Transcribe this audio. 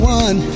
one